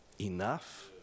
enough